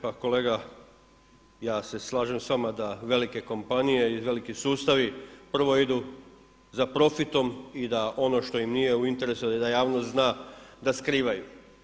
Pa kolega ja se slažem s vama da velike kompanije i veliki sustavi prvo idu za profitom i da ono što im nije u interesu da javnost zna da skrivaju.